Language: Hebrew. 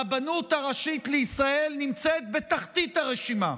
הרבנות הראשית לישראל נמצאת בתחתית הרשימה.